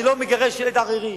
אני לא מגרש ילד ערירי